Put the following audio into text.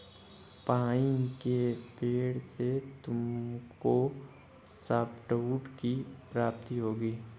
pine के पेड़ से तुमको सॉफ्टवुड की प्राप्ति होगी